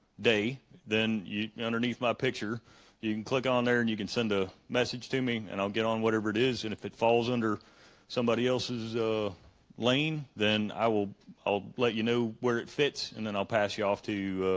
day then you you underneath my picture you you can click on there and you can send a message to me and i'll get on whatever it is and if it falls under somebody else's ah lane then i will let you know where it fits and then i'll pass you off to